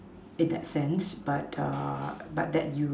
in that sense but err but that you